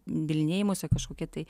bylinėjimosi kažkokia tai